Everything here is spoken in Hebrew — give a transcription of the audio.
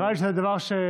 נראה לי שזה הדבר שאנחנו,